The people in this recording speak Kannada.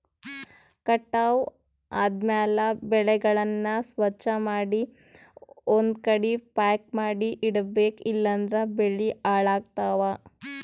ಕಟಾವ್ ಆದ್ಮ್ಯಾಲ ಬೆಳೆಗಳನ್ನ ಸ್ವಚ್ಛಮಾಡಿ ಒಂದ್ಕಡಿ ಪ್ಯಾಕ್ ಮಾಡಿ ಇಡಬೇಕ್ ಇಲಂದ್ರ ಬೆಳಿ ಹಾಳಾಗ್ತವಾ